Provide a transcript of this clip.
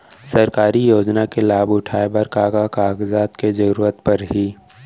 सरकारी योजना के लाभ उठाए बर का का कागज के जरूरत परही